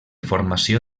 formació